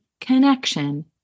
connection